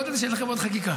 לא ידעתי שיש לכם עוד חקיקה.